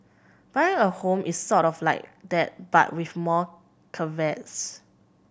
buying a home is sort of like that but with more caveats